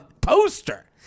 poster